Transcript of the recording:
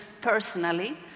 personally